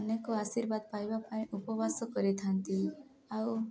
ଅନେକ ଆଶୀର୍ବାଦ ପାଇବା ପାଇଁ ଉପବାସ କରିଥାନ୍ତି ଆଉ